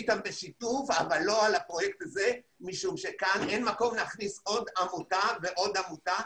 אבל לא על הפרויקט הזה משום שכאן אין מקום להכניס עוד עמותה ועוד עמותה